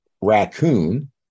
raccoon